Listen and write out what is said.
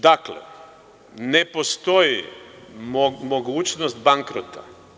Dakle, ne postoji mogućnost bankrota.